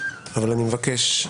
אבל אני מבקש,